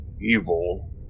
evil